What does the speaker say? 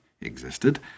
existed